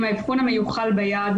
עם האבחון המיוחל ביד,